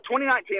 2019